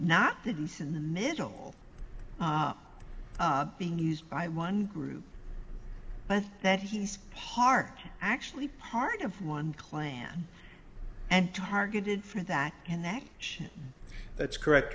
not that it's in the middle being used by one group but that he's part actually part of one clan and targeted for that and that that's correct